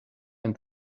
and